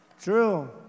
True